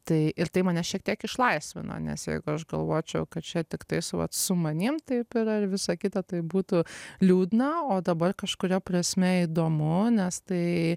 tai ir tai mane šiek tiek išlaisvina nes jeigu aš galvočiau kad čia tiktai su vat su manim taip yra ir visa kita tai būtų liūdna o dabar kažkuria prasme įdomu nes tai